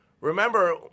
Remember